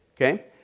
Okay